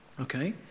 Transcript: Okay